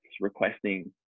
requesting